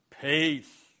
peace